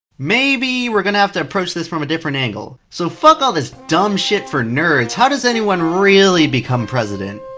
maybe we're gonna have to approach this from a different angle. so fuck all this dumb shit for nerds. how does anyone really become president?